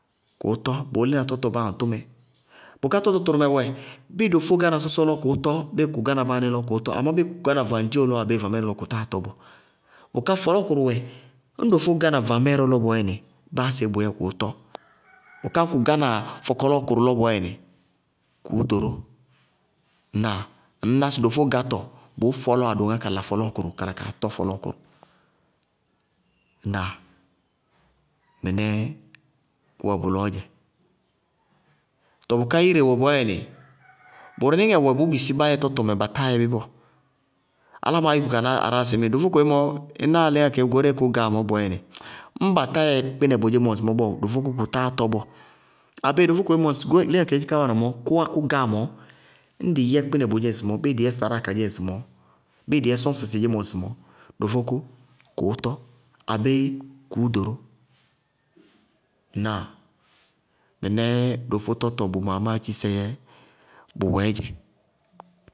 Kʋʋ tɔ, bʋʋ lína tɔtɔ báa atʋ mɛ. Bʋká tɔtɔ tʋrʋmɛ, bíɩ dofó gá na sɔsɔ lɔ, kʋʋtɔ, bíɩ kʋ gá na báání lɔ kʋʋ tɔ, amá bíɩ kʋ gá na vaŋɖío lɔ abéé vamɛɛrɛ lɔ kʋtáa tɔ bɔɔ. Bʋká fɔlɔɔkʋrʋ wɛ, ñŋ dofó gá na vamɛɛrɛ lɔ bɔɔyɛnɩ, báa séé bʋyɛɛ, kʋʋ tɔ bʋká ñŋ kʋ gána fɔlɔɔkʋrʋ lɔ bɔɔyɛnɩ, kʋʋ ɖoró. Tɔɔ ŋnáa si dofó gátɔ bʋʋ ɖoró fɔlɔɔkʋrʋ kala fɔlɔɔkʋrʋ kaa tɔ fɔlɔɔkʋrʋ. Ŋnáa? Mɩnɛɛ kʋwɛ bʋlɔɔ dzɛ. Tɔɔ bʋká ire wɛ bɔɔyɛnɩ bʋrʋníŋɛ wɛ bʋ mɛsína bá yɛ tɔtɔmɛ ba táa yɛ bɩ bɔɔ. Álámɩnáá yúku ka ná aráa sɩŋmíɩ dofó kodzémɔ í náa léŋáa kadzémɔ bɔɔyɛnɩ ñŋ batá yɛ kpínɛ boémɔ, kʋ táa tɔ bɔɔ. Abéé dofó kodzémɔ ŋsɩ goóre léŋáa kadzé ká gáa mɔɔ, ñŋ dɩ yɛ kpínɛ ŋodzé ŋsɩmɔɔ ñŋ dɩ yɛ saráa kadzémɔ ŋsɩmɔɔ bíɩ dɩ yɛ sʋñsɛ dedzémɔ ŋsɩmɔɔ, dofó kʋ kʋʋ tɔ, abéé kʋʋ ɖoró. Ŋnáa? Dofó tɔtɔ, mɩnɛɛ kʋ maamáátchisɛ bʋ wɛɛ dzɛ.